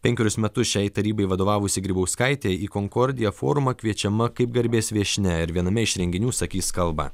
penkerius metus šiai tarybai vadovavusi grybauskaitė į konkorde forumą kviečiama kaip garbės viešnia ir viename iš renginių sakys kalbą